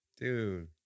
Dude